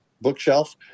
bookshelf